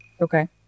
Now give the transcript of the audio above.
Okay